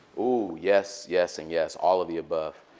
oh, yes, yes, and yes. all of the above.